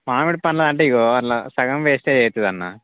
మామిడి పండ్లా అంటే ఇదిగో ఒవర్లా సగం వేస్టేజ్ అవుతుందన్న